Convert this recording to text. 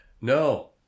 no